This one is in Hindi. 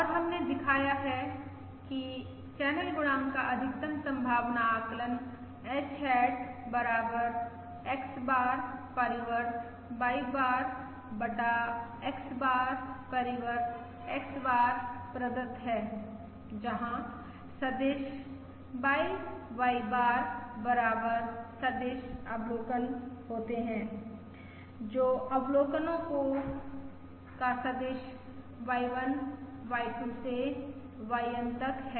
और हमने दिखाया है कि चैनल गुणांक का अधिकतम संभावना आकलन h हैट बराबर X बार परिवर्त Y बार बटा X बार परिवर्त X बार प्रदत्त है जहां सदिश Y Y बार बराबर सदिश अवलोकन होते हैं जो अवलोकनो का सदिश Y1 Y2 से YN तक हैं